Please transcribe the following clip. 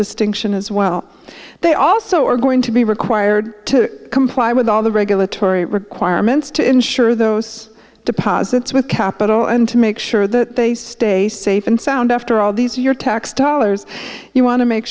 distinction as well they also are going to be required to comply with all the regulatory requirements to ensure those deposits with capital and to make sure that they stay safe and sound after all these are your tax dollars you want to make